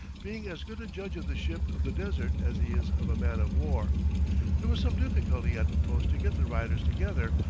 being as good a judge of the ship of the desert as he is of a man-of-war. there was some difficulty at the post to get the riders together,